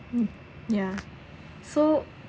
mm yeah so